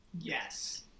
Yes